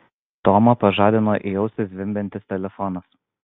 tomą pažadino į ausį zvimbiantis telefonas